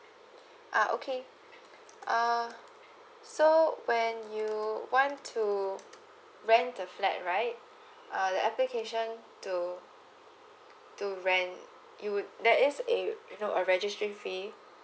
ah okay uh so when you want to rent a flat right uh the application to do rent you would that is a you know a registering fee